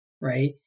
right